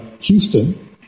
Houston